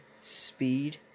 speed